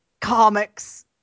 comics